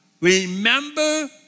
Remember